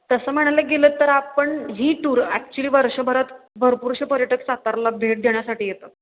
तसं म्हणायला गेलं तर आपण ही टूर ॲक्चुली वर्षभरात भरपूरसे पर्यटक साताऱ्याला भेट देण्यासाठी येतात